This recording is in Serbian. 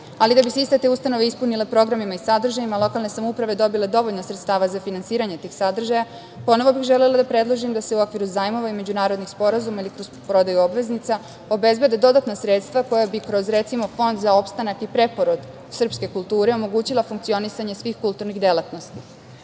ali da bi se iste te ustanove ispunile programima i sadržajima lokalne samouprave dobile dovoljno sredstava za finansiranje tih sadržaja, ponovo bih želela da predložim da se u okviru zajmova i međunarodnih sporazuma i prodaju obveznica obezbede dodatna sredstava koja bi kroz, recimo, fond za opstanak i preporod srpske kulture omogućila funkcionisanje svih kulturnih delatnosti.U